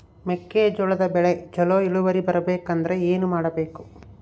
ಮೆಕ್ಕೆಜೋಳದ ಬೆಳೆ ಚೊಲೊ ಇಳುವರಿ ಬರಬೇಕಂದ್ರೆ ಏನು ಮಾಡಬೇಕು?